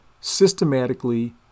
systematically